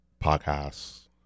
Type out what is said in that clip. podcasts